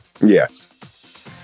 Yes